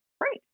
Great